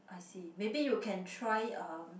I see maybe you can try um